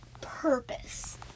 Purpose